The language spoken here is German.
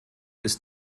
ist